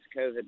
COVID